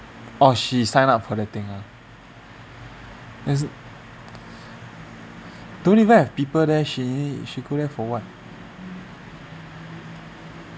oh she sign up for that thing ah as in don't even have people there she she go there for what